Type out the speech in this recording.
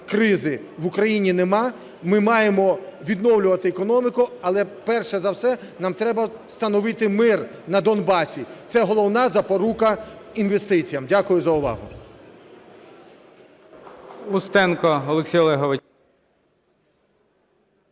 кризи в Україні нема, ми маємо відновлювати економіку. Але перш за все нам треба встановити мир на Донбасі – це головна запорука інвестиціям. Дякую за увагу.